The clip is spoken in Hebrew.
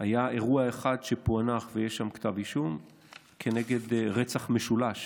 היה אירוע אחד שפוענח ויש שם כתב אישום כנגד רצח משולש